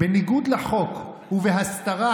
בניגוד לחוק ובהסתרה,